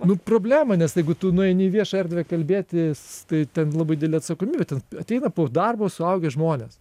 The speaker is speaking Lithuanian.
nu problema nes jeigu tu nueini į viešą erdvę kalbėtis tai ten labai dilė atsakomybė ten ateina po darbo suaugę žmonės